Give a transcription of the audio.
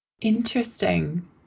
Interesting